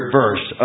verse